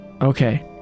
Okay